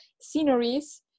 sceneries